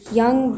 young